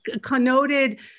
connoted